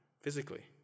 physically